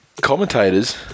Commentators